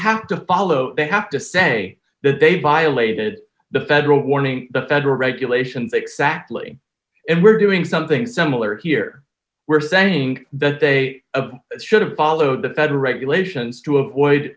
have to follow they have to say that they violated the federal warning the federal regulations exactly and we're doing something similar here we're saying that they should have followed the federal regulations to avoid